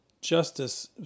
justice